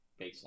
baseline